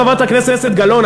חברת הכנסת גלאון,